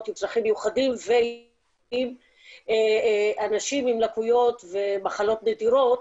עם צרכים מיוחדים ואנשים עם לקויות ומחלות נדירות.